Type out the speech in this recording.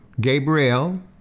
Gabriel